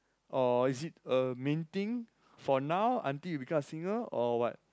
or is it a main thing for now until you become a singer or what